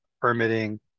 permitting